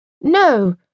No